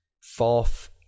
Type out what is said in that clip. Fourth